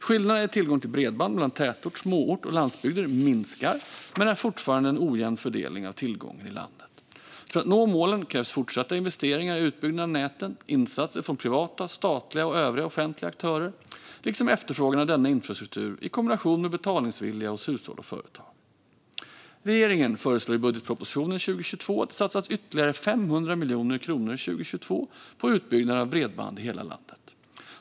Skillnaderna i tillgång till bredband mellan tätort och småort och landsbygder minskar, men det är fortfarande en ojämn fördelning av tillgången i landet. För att nå målen krävs fortsatta investeringar i utbyggnad av näten, insatser från privata, statliga och övriga offentliga aktörer liksom efterfrågan av denna infrastruktur i kombination med betalningsvilja hos hushåll och företag. Regeringen föreslår i budgetpropositionen 2022 att det satsas ytterligare 500 miljoner kronor 2022 på utbyggnaden av bredband i hela landet.